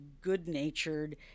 good-natured